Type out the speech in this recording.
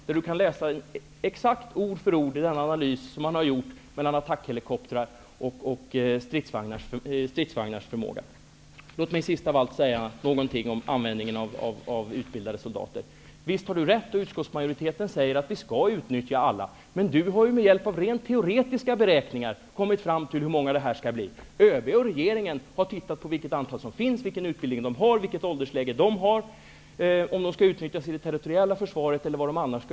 Han kan där exakt ord för ord läsa den analys som gjorts av attackhelikoptrars och stridsvagnars förmåga. Låt mig sist av allt säga någonting om användningen av utbildade soldater. Visst har Sture Ericson rätt i, och det uttalar också utskottsmajoriteten, att vi skall utnyttja alla utbildade soldater. Men Sture Ericson har med hjälp av rent teoretiska beräkningar kommit fram till hur många det skall bli fråga om. ÖB och regeringen har sett till vilket antal som finns, vilken utbildning de har och i vilket åldersläge de är, och man har också tagit hänsyn till om de skall utnyttjas i det territoriella försvaret eller på annat sätt.